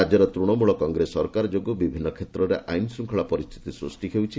ରାଜ୍ୟର ତୃଶମଳ କଂଗ୍ରେସ ସରକାର ଯୋଗୁଁ ବିଭିନ୍ନ କ୍ଷେତ୍ରରେ ଆଇନଶ୍ ିଙ୍ଗଳା ପରିସ୍ଥିତି ସୃଷ୍ଟି ହେଉଛି